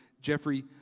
Jeffrey